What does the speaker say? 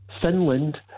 Finland